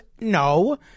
No